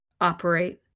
operate